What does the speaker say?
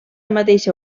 mateixa